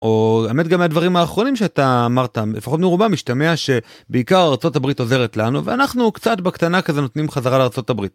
או האמת גם מהדברים האחרונים שאתה אמרת, לפחות מרובם משתמע שבעיקר ארה״ב עוזרת לנו ואנחנו קצת בקטנה כזה נותנים חזרה לארה״ב.